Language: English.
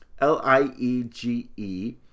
L-I-E-G-E